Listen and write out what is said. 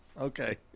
Okay